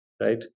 Right